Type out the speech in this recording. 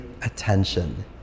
attention